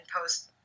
post